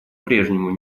прежнему